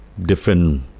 Different